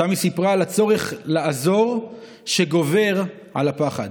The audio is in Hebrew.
שם היא סיפרה על הצורך לעזור שגובר על הפחד.